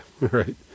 right